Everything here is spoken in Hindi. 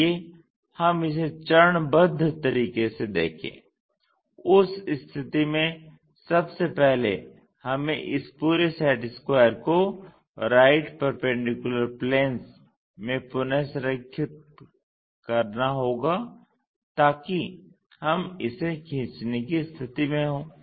आइए हम इसे चरणबद्ध तरीके से देखें उस स्थिति में सबसे पहले हमें इस पूरे सेट स्क्वायर को राइट परपेंडिकुलर प्लेंस में पुन संरेखित करना होगा ताकि हम इसे खींचने की स्थिति में हों